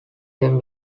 them